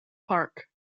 park